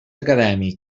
acadèmic